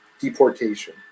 deportation